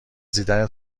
دیدنت